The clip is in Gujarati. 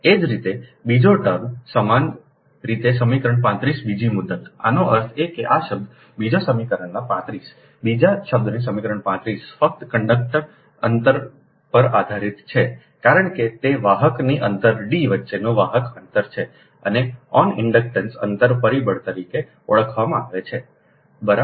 એ જ રીતે બીજી ટર્મ સમાન રીતે સમીકરણ 35 બીજી મુદત આનો અર્થ એ કે આ શબ્દ બીજા સમીકરણના 35 35 બીજા શબ્દનું સમીકરણ 35 ફક્ત કંડક્ટર અંતર પર આધારીત છે કારણ કે તે વાહકની અંતર D વચ્ચેનો વાહક અંતર છે અને આને ઇન્ડક્ટન્સ અંતર પરિબળ તરીકે ઓળખવામાં આવે છે બરાબર